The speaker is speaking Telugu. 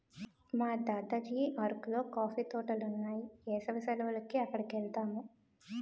మా దద్దకి అరకులో కాఫీ తోటలున్నాయి ఏసవి సెలవులకి అక్కడికెలతాము